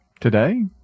Today